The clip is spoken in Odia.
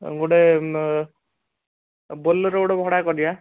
ଗୋଟେ ବୋଲେରୋ ଗୋଟେ ଭଡ଼ା କରିବା